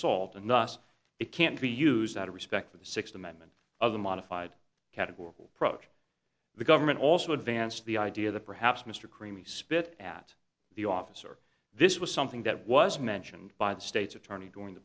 assault and not it can't be used out of respect for the sixth amendment of the modified categorical approach the government also advanced the idea that perhaps mr creamy spit at the officer this was something that was mentioned by the state's attorney during